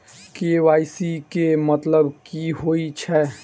KYC केँ मतलब की होइ छै?